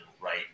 right